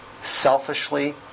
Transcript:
selfishly